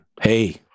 Hey